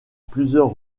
plusieurs